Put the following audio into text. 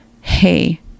hey